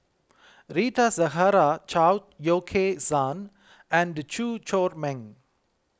Rita Zahara Chao Yoke San and Chew Chor Meng